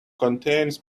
contains